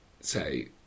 say